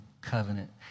covenant